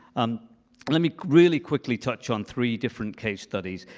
um let me really quickly touch on three different case studies.